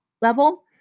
level